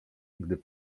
gdy